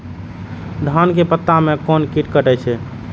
धान के पत्ता के कोन कीट कटे छे?